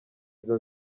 izo